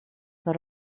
mae